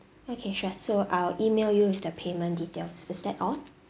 okay sure so I'll email you with the payment details is that all